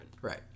Right